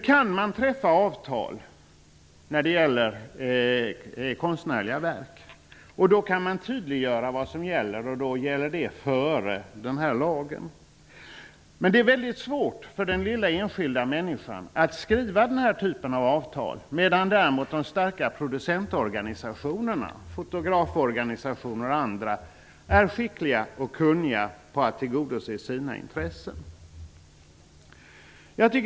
Man kan träffa avtal när det gäller konstnärliga verk, och om man i avtalen tydliggör vad som gäller går det före innehållet i lagen. Det är emellertid väldigt svårt för den lilla enskilda människan att skriva den typen av avtal, medan däremot de starka producentorganisationerna, fotograforganisationer och andra, är skickliga och kunniga i att tillgodose sina intressen.